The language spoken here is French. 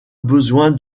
besoin